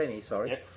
sorry